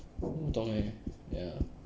不懂 eh ya